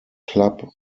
club